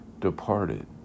departed